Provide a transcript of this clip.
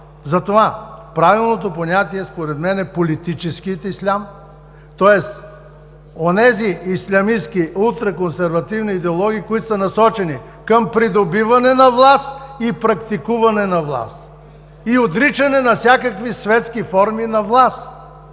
Затова правилното понятие, според мен, е политическият ислям. Тоест онези ислямистки, ултра консервативни идеологии, които са насочени към придобиване на власт и практикуване на власт, и отричане на всякакви светски форми на власт.